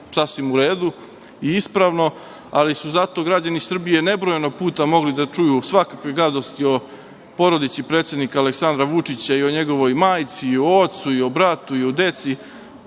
i ispravno, ali su zato građani Srbije nebrojeno puta mogli da čuju svakakve gadosti o porodici predsednika Aleksandra Vučića i njegovoj majci, ocu, bratu,